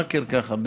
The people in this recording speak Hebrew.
במכר ככה,